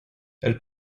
elle